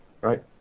right